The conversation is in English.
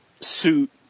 suit